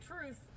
Truth